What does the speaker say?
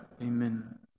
Amen